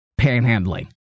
Panhandling